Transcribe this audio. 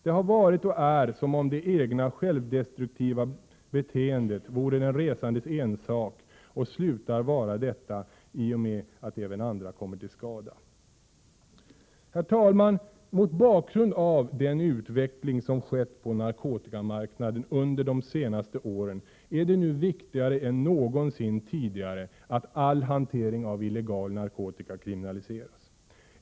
Det har varit och är som om det egna, självdestruktiva beteendet vore den resandes ensak och slutar vara detta i och med att även andra kommer till skada.” Herr talman! Mot bakgrund av den utveckling som skett på narkotikamarknaden under de senaste åren är det nu viktigare än någonsin att all hantering av illegal narkotika kriminaliseras.